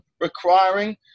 requiring